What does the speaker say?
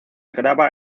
graba